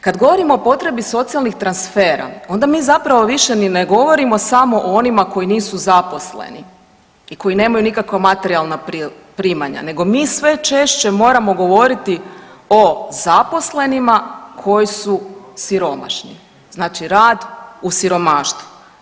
Kad govorimo o potrebi socijalnih transfera onda mi zapravo više ni ne govorimo samo o onima koji nisu zaposleni i koji nemaju nikakva materijalna primanja nego mi sve češće moramo govoriti o zaposlenima koji su siromašni, znači rad u siromaštvu.